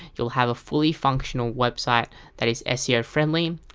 you'll have a fully functional website that is seo-friendly,